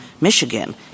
Michigan